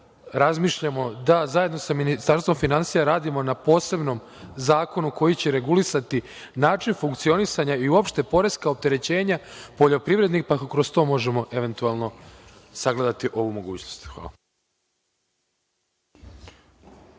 razmišljamo, da zajedno sa Ministarstvom finansija, radimo na posebnom zakonu koji će regulisati način funkcionisanja, i uopšte poreska opterećenja poljoprivrednika, pa kroz to možemo, eventualno, sagledati ovu mogućnost.